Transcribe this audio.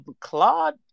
Claude